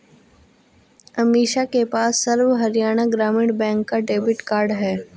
अमीषा के पास सर्व हरियाणा ग्रामीण बैंक का डेबिट कार्ड है